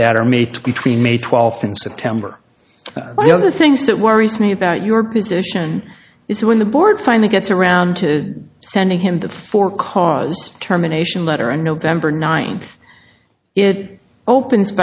that are made to between may twelfth and september what other things that worries me about your position is when the board finally gets around to sending him the four cause terminations letter on november ninth it opens